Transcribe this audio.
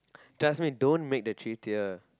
trust me don't make the three tier